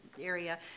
area